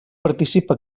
participa